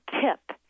tip